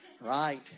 right